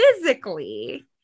physically